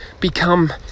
become